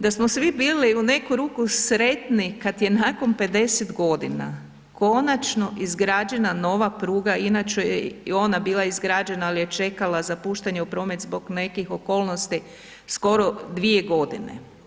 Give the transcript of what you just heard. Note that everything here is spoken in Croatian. Da smo svi bili u neku ruku sretni kad je nakon 50 godina konačno izgrađena nova pruga inače je ona bila izgrađena ali je čekala za puštanje u promet zbog nekih okolnosti skoro dvije godine.